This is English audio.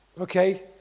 okay